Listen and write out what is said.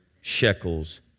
shekels